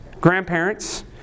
Grandparents